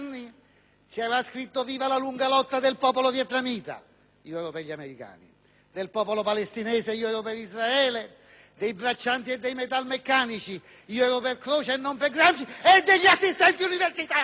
c'era scritto «Viva la lunga lotta del popolo vietnamita» (io ero per gli Americani), «del popolo palestinese» (io ero per Israele), «dei braccianti e dei metalmeccanici» (io ero per Croce e non per Gramsci), e «degli assistenti universitari»!